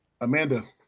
Amanda